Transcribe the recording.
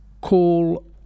Call